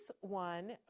one